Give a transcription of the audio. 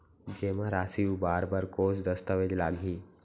जेमा राशि उबार बर कोस दस्तावेज़ लागही?